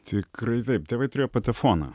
tikrai taip tėvai turėjo patefoną